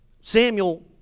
Samuel